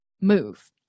move